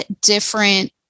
different